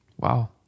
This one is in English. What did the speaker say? Wow